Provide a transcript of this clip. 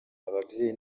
ababyeyi